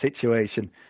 situation